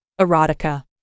erotica